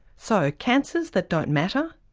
so, cancers that don't matter?